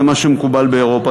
למה שמקובל באירופה.